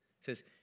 says